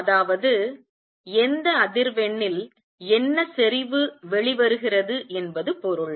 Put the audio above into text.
அதாவது எந்த அதிர்வெண்ணில் என்ன செறிவு வெளிவருகிறது என்பது பொருள்